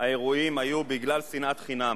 האירועים היו בגלל שנאת חינם.